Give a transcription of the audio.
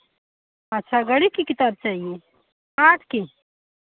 अच्छा गणित की किताब चाहिए आठ की